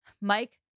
Mike